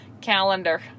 Calendar